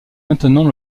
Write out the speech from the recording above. maintenant